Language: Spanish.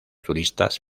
turistas